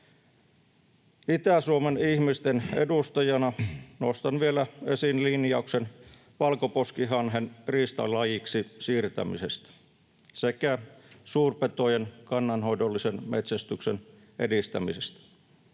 Itä-Suomen ihmisten edustajana nostan vielä esiin linjauksen valkoposkihanhen riistalajiksi siirtämisestä sekä suurpetojen kannanhoidollisen metsästyksen edistämisestä.